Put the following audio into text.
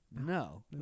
No